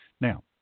now